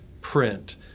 print